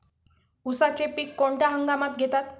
उसाचे पीक कोणत्या हंगामात घेतात?